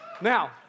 Now